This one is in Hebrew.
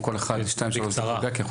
אני רק